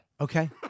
Okay